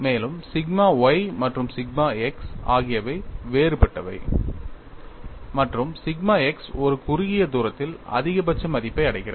மேலும் sigma y மற்றும் sigma x ஆகியவை வேறுபட்டவை மற்றும் சிக்மா x ஒரு குறுகிய தூரத்தில் அதிகபட்ச மதிப்பை அடைகிறது